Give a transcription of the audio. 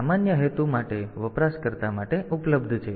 તેથી આ સામાન્ય હેતુ માટે વપરાશકર્તા માટે ઉપલબ્ધ છે